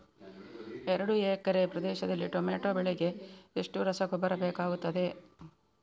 ಎರಡು ಎಕರೆ ಪ್ರದೇಶದಲ್ಲಿ ಟೊಮ್ಯಾಟೊ ಬೆಳೆಗೆ ಎಷ್ಟು ರಸಗೊಬ್ಬರ ಬೇಕಾಗುತ್ತದೆ?